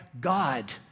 God